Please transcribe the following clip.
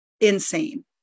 insane